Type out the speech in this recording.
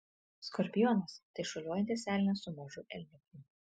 skorpionas tai šuoliuojantis elnias su mažu elniuku